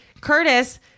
Curtis